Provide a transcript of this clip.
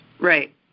Right